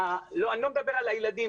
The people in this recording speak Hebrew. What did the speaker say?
אני לא מדבר על הילדים.